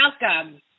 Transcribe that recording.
welcome